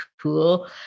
cool